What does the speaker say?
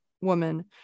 woman